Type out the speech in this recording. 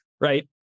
Right